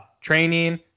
training